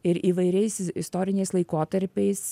ir įvairiais istoriniais laikotarpiais